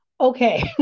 Okay